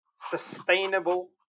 sustainable